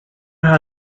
how